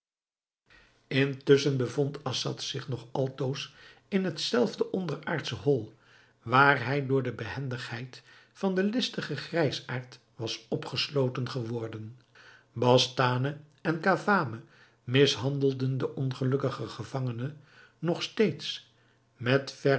intusschen bevond assad zich nog altoos in het zelfde onderaardsche hol waar hij door de behendigheid van den listigen grijsaard was opgesloten geworden bastane en cavame mishandelden den ongelukkigen gevangene nog steeds met